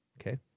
okay